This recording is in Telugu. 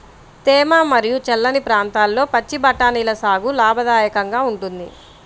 తేమ మరియు చల్లని ప్రాంతాల్లో పచ్చి బఠానీల సాగు లాభదాయకంగా ఉంటుంది